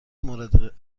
مورد